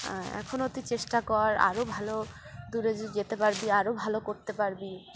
এখন ও তুই চেষ্টা কর আরও ভালো দূরে যেতে পারবি আরও ভালো করতে পারবি